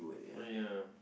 money ya